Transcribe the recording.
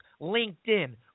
LinkedIn